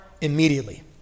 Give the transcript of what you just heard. immediately